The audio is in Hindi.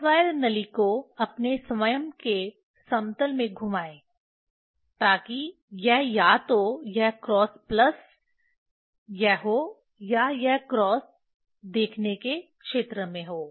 क्रॉस वायर नली को अपने स्वयं के समतल में घुमाए ताकि यह या तो यह क्रॉस प्लस यह हो या यह क्रॉस देखने के क्षेत्र में हो